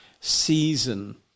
season